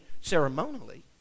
ceremonially